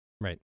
Right